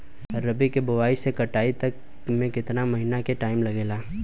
रबी के बोआइ से कटाई तक मे केतना महिना के टाइम लागेला?